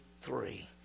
three